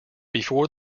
before